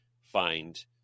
find